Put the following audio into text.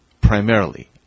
primarily